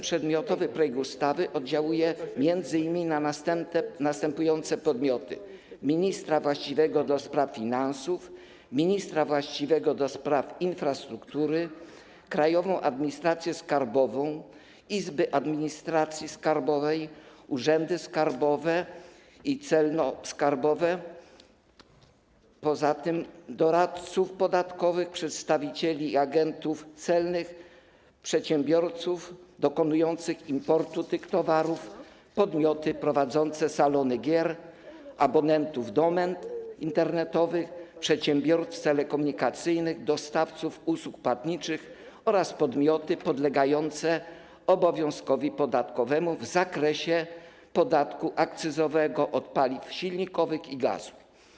Przedmiotowy projekt ustawy swym zakresem oddziałuje m.in. na następujące podmioty: ministra właściwego do spraw finansów, ministra właściwego do spraw infrastruktury, Krajową Administrację Skarbową, izby administracji skarbowej, urzędy skarbowe i celno-skarbowe, poza tym doradców podatkowych, przedstawicieli agentów celnych, przedsiębiorców dokonujących importu towarów, podmioty prowadzące salony gier, abonentów domen internetowych, przedsiębiorstwa telekomunikacyjne, dostawców usług płatniczych oraz podmioty podlegające obowiązkowi podatkowemu w zakresie podatku akcyzowego od paliw silnikowych i gazu.